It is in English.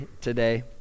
today